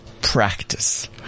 practice